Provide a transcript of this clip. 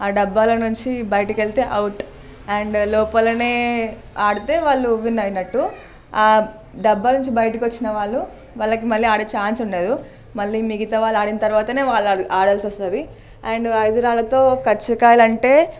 ఆ డబ్బాలో నుంచి బయటికి వెళితే అవుట్ అండ్ లోపల ఆడితే వాళ్ళు విన్ అయినట్టు ఆ డబ్బా నుంచి బయటికి వచ్చిన వాళ్ళు వాళ్ళకి మళ్ళీ ఆడే ఛాన్స్ ఉండదు మిగతా వాళ్ళు ఆడిన తర్వాత వాళ్ళు అడాల్సి వస్తుంది అండ్ ఐదు రాళ్ళతో కచ్చకాయలంటే